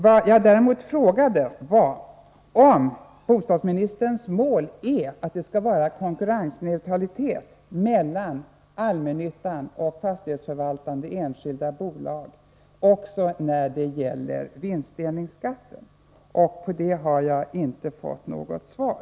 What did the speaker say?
Vad jag frågade var om bostadsministerns mål är att det skall vara konkurrensneutralitet mellan allmännyttan och fastighetsförvaltande enskil da bolag också när det gäller vinstdelningsskatten. På den frågan har jag inte fått något svar.